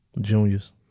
Juniors